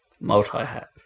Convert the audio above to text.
Multi-hat